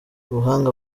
ubuhanga